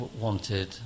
wanted